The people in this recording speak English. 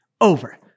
over